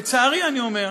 לצערי, אני אומר,